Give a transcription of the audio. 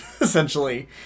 essentially